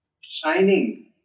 shining